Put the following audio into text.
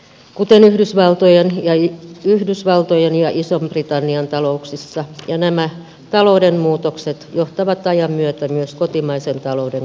kuten yhdysvaltojen ja ison britannian talouksissa on havaittukin pieniä merkkejä talouden elpymisestä ja nämä talouden muutokset johtavat ajan myötä myös kotimaisen talouden kohentumiseen